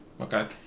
Okay